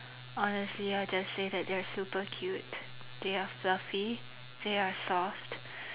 honestly I'll just say that they are super cute they are fluffy they are soft